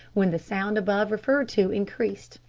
when the sound above referred to increased,